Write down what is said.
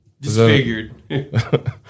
disfigured